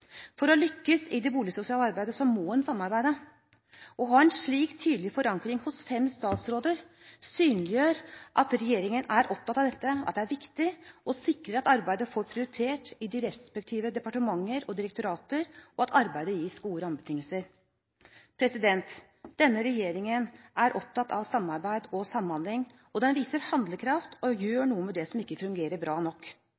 For å lykkes i det boligsosiale arbeidet må en samarbeide. Å ha en slik tydelig forankring hos fem statsråder synliggjør at regjeringen er opptatt av dette. Det er viktig å sikre at arbeidet får prioritet i de respektive departementer og direktorater, og at arbeidet gis gode rammebetingelser. Denne regjeringen er opptatt av samarbeid og samhandling, og den viser handlekraft og gjør noe med det som ikke fungerer bra nok.